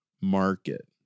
market